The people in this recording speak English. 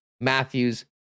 Matthews